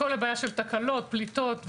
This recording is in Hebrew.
תקלות, פליטות ודליפות.